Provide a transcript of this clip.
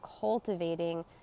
cultivating